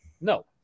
No